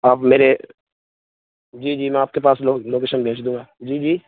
آپ میرے جی جی میں آپ کے پاس لوکیشن بھیج دوں گا جی جی